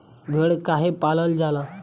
भेड़ काहे पालल जाला?